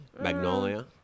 magnolia